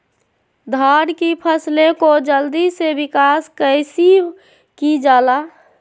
धान की फसलें को जल्दी से विकास कैसी कि जाला?